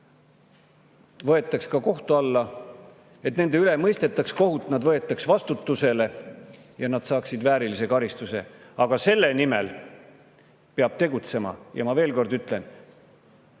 võetaks kohtu alla, et nende üle mõistetaks kohut, et nad võetaks vastutusele ja saaksid väärilise karistuse. Aga selle nimel peab tegutsema. Ja ma veel kord ütlen,